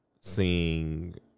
seeing